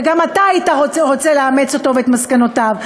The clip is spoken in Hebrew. וגם אתה היית רוצה לאמץ אותו ואת מסקנותיו,